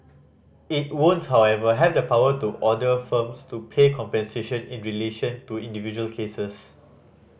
it won't however have the power to order firms to pay compensation in relation to individual cases